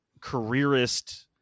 careerist